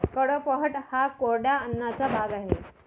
कडपह्नट हा कोरड्या अन्नाचा भाग आहे